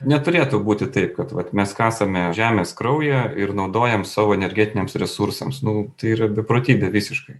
neturėtų būti tai kad vat mes kasame žemės kraują ir naudojam savo energetiniams resursams nu tai yra beprotybė visiškai